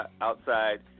outside